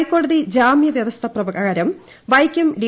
ഹൈക്കോടതി ജാമ്യ വ്യവസ്ഥ പ്രകാരം വൈക്കം ഡി